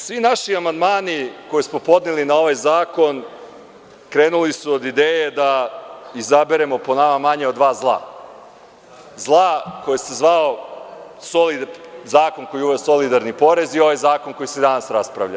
Svi naši amandmani koje smo podneli na ovaj zakon krenuli su od ideje da izaberemo po nama manje od dva zla, zla koji se zvao zakon koji je uveo solidarni porez i ovaj zakon o kome se danas raspravlja.